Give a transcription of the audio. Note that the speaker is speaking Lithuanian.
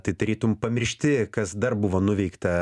tai tarytum pamiršti kas dar buvo nuveikta